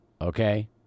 Okay